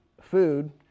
food